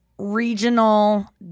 regional